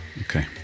Okay